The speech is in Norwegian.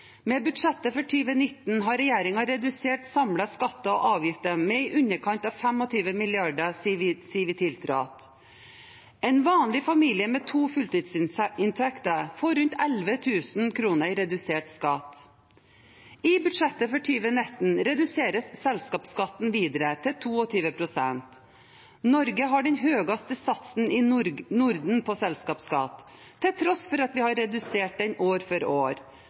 Med budsjettet for 2019 har regjeringen redusert samlede skatter og avgifter med i underkant av 25 mrd. kr siden vi tiltrådte. En vanlig familie med to fulltidsinntekter får rundt 11 000 kr i redusert skatt. I budsjettet for 2019 reduseres selskapsskatten videre til 22 pst. Norge har den høyeste satsen i Norden på selskapsskatt, til tross for at vi har redusert den år for år.